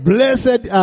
Blessed